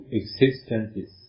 existences